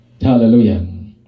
Hallelujah